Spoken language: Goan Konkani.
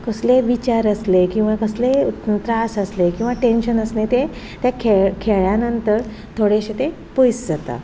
कसलेंय विचार आसले किंवां कसलेंय त्रास आसलें किंवां टेंन्शन आसलें ते खेळ्ळ्या खेळ्ळ्या नंतर थोडेशें तें पयस जाता